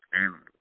animals